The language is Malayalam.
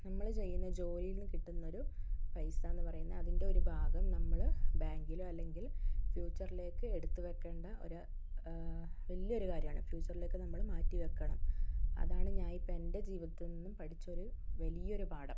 നമ്മൾ ചെയ്യുന്ന ജോലിയിൽ നിന്ന് കിട്ടുന്നൊരു പൈസ എന്ന് പറയുന്ന അതിൻ്റെ ഒരു ഭാഗം നമ്മള് ബാങ്കിലോ അല്ലെങ്കിൽ ഫ്യൂച്ചറിലേക്ക് എടുത്തു വെക്കേണ്ടത് ഒരു വലിയൊരു കാര്യമാണ് ഫ്യൂച്ചറിലേക്ക് നമ്മൾ മാറ്റി വെക്കണം അതാണ് ഞാനിപ്പോൾ എൻ്റെ ജീവിതത്തിൽ നിന്ന് പഠിച്ചൊരു വലിയൊരു പാഠം